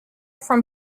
from